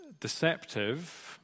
deceptive